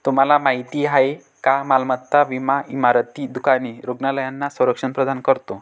तुम्हाला माहिती आहे का मालमत्ता विमा इमारती, दुकाने, रुग्णालयांना संरक्षण प्रदान करतो